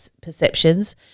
perceptions